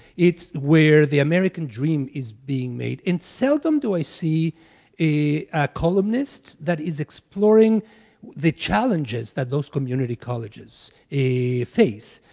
it's where the american dream is being made. and seldom do i see a columnist that is exploring the challenges that those community colleges face,